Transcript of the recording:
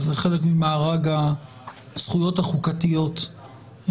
זה חלק ממארג הזכויות החוקתיות,